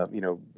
um you know,